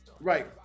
Right